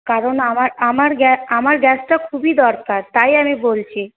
কারণ আমার আমার আমার গ্যাসটা খুবই দরকার তাই আমি বলছি